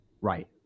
right